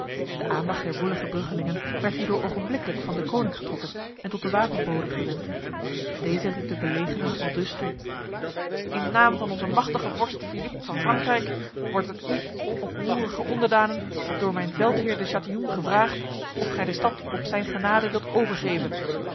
de aandacht der woelige bruggelingen werd hierdoor ogenblikkelijk van deconinck getrokken en tot de wapenbode gewend deze riep de belegerden aldus toe in de naam van onze machtige vorst philippe van frankrijk wordt het u oproerige onderdanen door mijn veldheer de chatillon gevraagd of gij de stad op zijn genade wilt overgeven